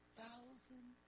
thousand